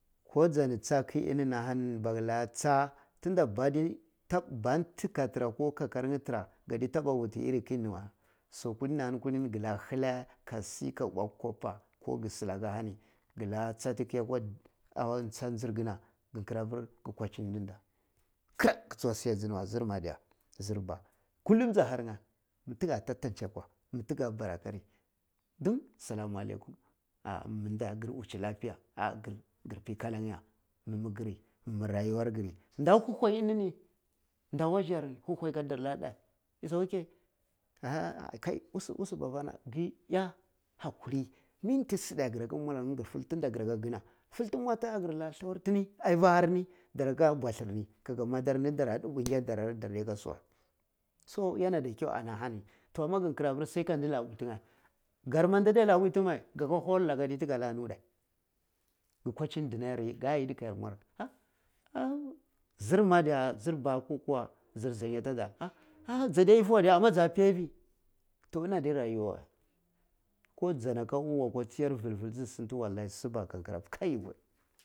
Ko jani cha ki ini ni ahani baka la cha tun da baa di nit ah ba ti ka tsra ka kakar nye fisra kade taba wuti in kini wey su kulini ahani ada hill aka she ka wa kwapa ko gi silaka ahani gi la chati ki akwa chia njir gina gi ki ra pir gi kwajini ndimda kira gi guwa siya ajini wey zirma diya, zirba kullum ja harnye mi ti ga tan tanche akwa mi ti ga bara akari tun salama lekum gir buichini lapiya, gir pi kalang ya, mi-mi gir mi-mi layuwar giri nda huhwai kulini da wasarni hubwai na darn de is okay usu usay babana giye iya hakuri menti siridta gira ka macala nye tun da gi raka gina filti mwata alla mwar thlawar tini ayi far har ni dos aka buwalir ni kaga madar ni ti dara nde uhi der de kasuwe so yana da kyan ana hani toh gi kuma gai ka de na wul tin ye mai haul aka ti ka mwar nute ki gwai chini dinari ga yidi ka yar mwar wey zima diya zirba ko kuwa zir sanyadada ha jada yifi wa diya amma jade biya yifi toh inni addi rayuwa wey koh jina ka una kwa chiyari fil fil ti gi silti siba ah ga kira pir kai yi kumi.